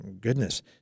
goodness